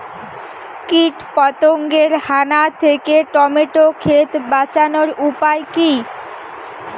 কীটপতঙ্গের হানা থেকে টমেটো ক্ষেত বাঁচানোর উপায় কি?